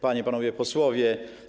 Panie i Panowie Posłowie!